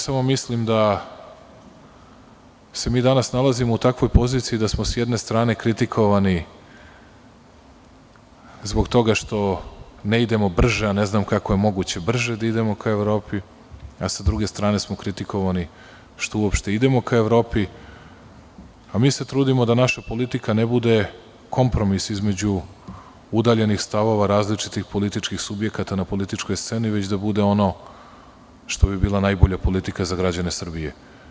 Samo mislim da se mi danas nalazimo u takvoj poziciji da smo, sa jedne strane, kritikovani, zbog toga što ne idemo brže, a ne znam kako je moguće brže da idemo ka EU, a sa druge strane smo kritikovani što uopšte idemo ka Evropi, a mi se trudimo da naša politika ne bude kompromis između udaljenih stavova različitih političkih subjekata na političkoj sceni, već da bude ono što bi bila najbolja politika za građane Srbije.